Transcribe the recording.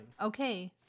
Okay